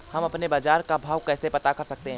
हम अपने बाजार का भाव कैसे पता कर सकते है?